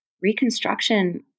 reconstruction